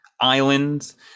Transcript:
islands